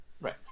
Right